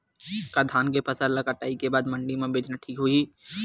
का धान के फसल ल कटाई के बाद मंडी म बेचना ठीक होही?